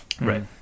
right